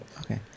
Okay